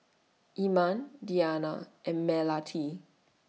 Iman Diyana and Melati